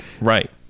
Right